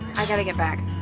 i gotta get back.